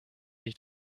dich